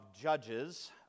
judges